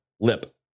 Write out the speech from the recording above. Lip